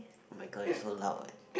oh-my-god is so loud eh